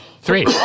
Three